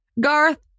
Garth